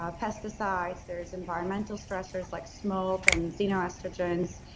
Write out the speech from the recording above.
ah pesticides. there's environmental stressors like smoke and xenoestrogens.